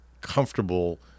comfortable